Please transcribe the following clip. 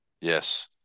Yes